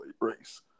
race